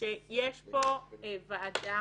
שיש פה ועדה